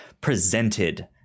presented